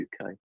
UK